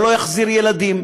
זה לא יחזיר ילדים